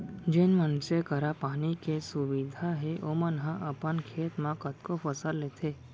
जेन मनसे करा पानी के सुबिधा हे ओमन ह अपन खेत म कतको फसल लेथें